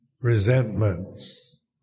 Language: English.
resentments